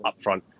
upfront